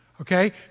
Okay